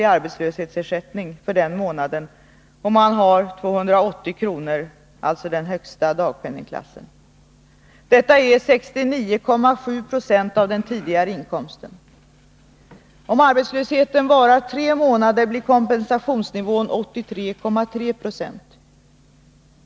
i arbetslöshetsersättning för den månaden, om han har 280 kr., alltså den högsta dagpenningklassen. Detta är 69,7 20 av den tidigare inkomsten. Om arbetslösheten varar tre månader blir kompensationsnivån 83,3 20.